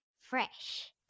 fresh